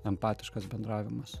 empatiškas bendravimas